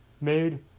Made